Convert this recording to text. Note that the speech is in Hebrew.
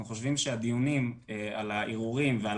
אנחנו חושבים שהדיון על הערעורים ועל